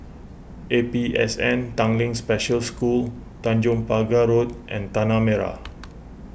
A P S N Tanglin Special School Tanjong Pagar Road and Tanah Merah